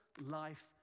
life